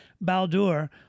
Baldur